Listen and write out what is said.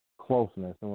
closeness